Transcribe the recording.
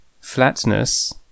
Flatness